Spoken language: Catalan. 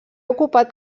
ocupat